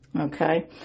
Okay